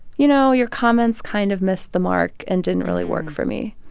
you know, your comments kind of missed the mark and didn't really work for me.